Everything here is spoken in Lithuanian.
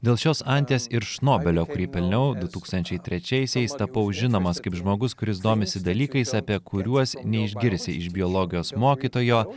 dėl šios anties ir šnobelio kurį pelniau du tūkstančiai trečiaisiais tapau žinomas kaip žmogus kuris domisi dalykais apie kuriuos neišgirsi iš biologijos mokytojo